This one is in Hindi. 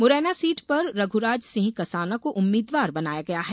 मुरैना सीट पर रघुराज सिंह कसाना को उम्मीदवार बनाया गया है